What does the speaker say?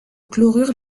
chlorure